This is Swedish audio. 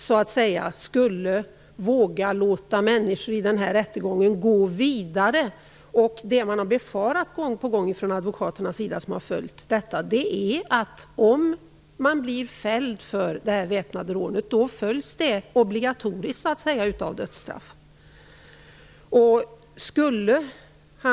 Vågar han låta rättegången gå vidare, och det är vad advokaterna som har följt fallet befarar, då följs en fällande dom för det väpnade rånet så att säga obligatoriskt av dödsstraff.